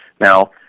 Now